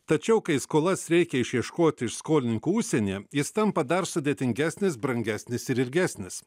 tačiau kai skolas reikia išieškoti iš skolininkų užsienyje jis tampa dar sudėtingesnis brangesnis ir ilgesnis